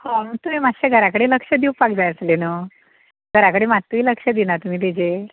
तुंवें मातशें घरा कडेन लक्ष दिवपाक जाय आसलें न्हय घरा कडेन मात्तूय लक्ष दिना तुमी ताजेर